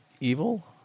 evil